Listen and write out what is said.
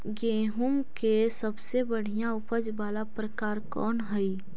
गेंहूम के सबसे बढ़िया उपज वाला प्रकार कौन हई?